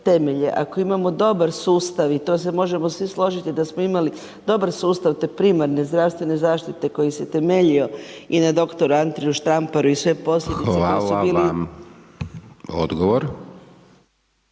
ako imamo dobar sustav i to se možemo svi složiti da smo imali dobar sustav te primarne zdravstvene zaštite koji se temeljio i na doktoru Andriji Štamparu i sve posljedice koje su bile …/Upadica dr.sc.